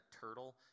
turtle